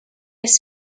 lès